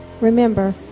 Remember